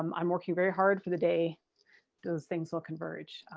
um i'm working very hard for the day those things will converge,